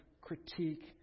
critique